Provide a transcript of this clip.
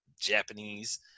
Japanese